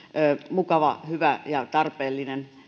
mukava hyvä ja tarpeellinen